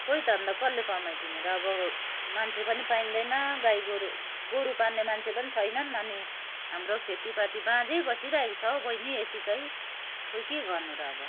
खोइ त अन्त कसले कमाइदिने र अब मान्छे पनि पाइँदैन गाई गोरु गोरु पाल्ने मान्छे पनि छैनन् अनि हाम्रो खेतीपाती बाँझै बसिरहेको छ हौ बहिनी यतिकै खोइ के गर्नु र अब